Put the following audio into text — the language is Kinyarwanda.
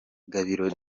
gabiro